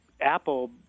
Apple